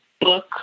book